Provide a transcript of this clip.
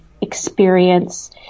experience